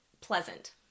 pleasant